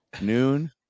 Noon